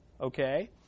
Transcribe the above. okay